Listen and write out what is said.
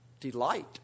delight